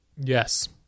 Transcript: Yes